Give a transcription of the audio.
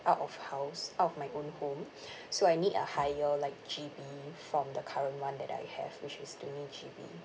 out of house out of my own home so I need a higher like G_B from the current one that I have which is twenty G_B